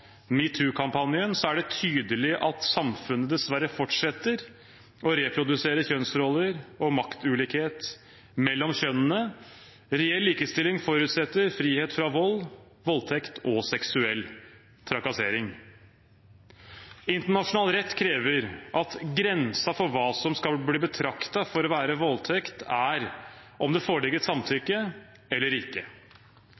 med alle historiene i etterkant av metoo-kampanjen, er det tydelig at samfunnet dessverre fortsetter å reprodusere kjønnsroller og maktulikhet mellom kjønnene. Reell likestilling forutsetter frihet fra vold, voldtekt og seksuell trakassering. Internasjonal rett krever at grensen for hva som skal bli betraktet å være voldtekt, er om det